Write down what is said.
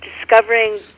discovering